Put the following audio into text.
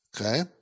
Okay